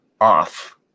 off